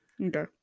Okay